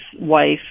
wife